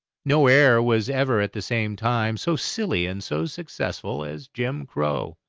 no air was ever at the same time so silly and so successful as jim crow.